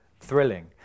thrilling